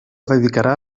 dedicarà